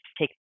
take